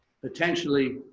potentially